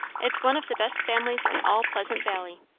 it's one of the best families in all pleasant valley.